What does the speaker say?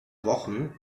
wochen